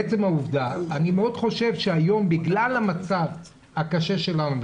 היום בגלל המצב הקשה שלנו,